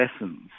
lessons